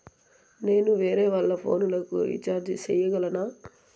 నేను వేరేవాళ్ల ఫోను లకు రీచార్జి సేయగలనా?